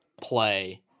play